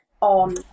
on